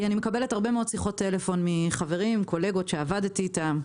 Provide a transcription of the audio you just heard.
כי אני מקבלת הרבה מאוד שיחות טלפון מחברים וקולגות שעבדתי איתם,